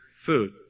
food